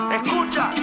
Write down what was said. Escucha